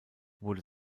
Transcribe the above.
wurde